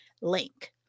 link